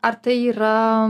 ar tai yra